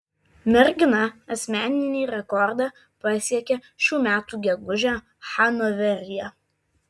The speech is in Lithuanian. mergina asmeninį rekordą pasiekė šių metų gegužę hanoveryje